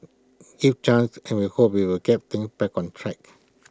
give chance and we hope we will give things back on track